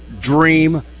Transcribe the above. Dream